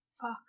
Fuck